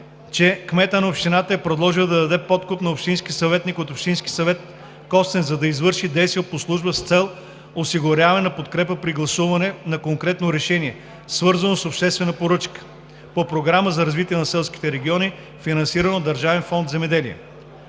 че кметът на община Костенец е предложил да даде подкуп на общински съветник от общинския съвет – Костенец, за да извърши действия по служба, с цел осигуряване на подкрепа при гласуване на конкретно решение, свързано с обществена поръчка по Програма за развитие на селските райони, финансирана от Държавен фонд „Земеделие“;